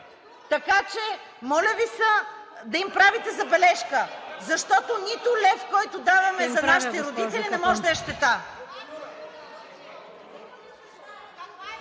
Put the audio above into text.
Така че моля Ви да им правите забележка, защото нито един лев, който даваме за нашите родители, не може да е щета!